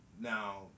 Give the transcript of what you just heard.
Now